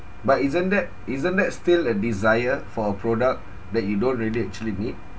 but isn't that isn't that still a desire for a product that you don't really actually need